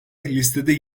listede